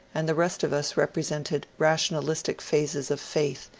and the rest of us represented rationalistic phases of faith,